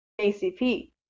ACP